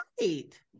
Right